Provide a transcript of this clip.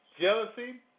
Jealousy